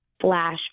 flash